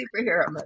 superhero